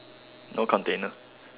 no container